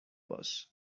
باش